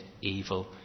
evil